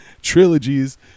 Trilogies